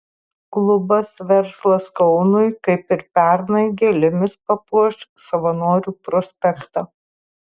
klubas verslas kaunui kaip ir pernai gėlėmis papuoš savanorių prospektą